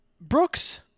Brooks